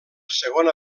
segona